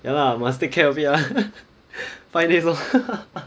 ya lah must take care of it lah five days lor